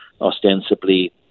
ostensibly